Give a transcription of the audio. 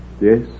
Yes